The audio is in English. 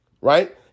Right